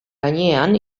gainean